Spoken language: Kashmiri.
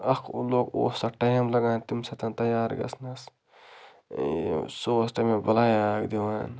اَکھ اوٚلو اوس اَتھ ٹایِم لَگان تَمۍ ساتَن تیار گژھنَس سُہ اوس ٹایمہٕ بَلایہ اَکھ دِوان